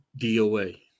DOA